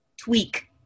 tweak